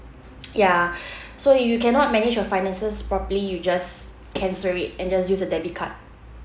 ya so if you cannot manage your finances properly you just cancel it and just use a debit card